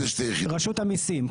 רשות המיסים,